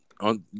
on